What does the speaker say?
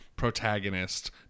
protagonist